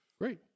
Great